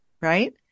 right